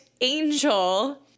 angel